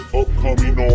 upcoming